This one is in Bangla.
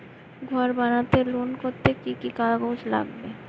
ঘর বানাতে লোন করতে কি কি কাগজ লাগবে?